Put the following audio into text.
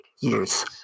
years